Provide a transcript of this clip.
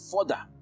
further